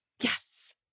Yes